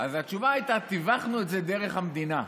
אז התשובה הייתה שתיווכנו את זה דרך המדינה.